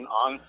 on